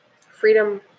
freedom